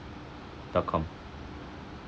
dot com